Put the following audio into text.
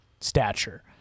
stature